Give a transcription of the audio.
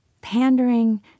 pandering